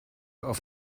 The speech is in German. auf